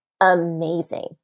amazing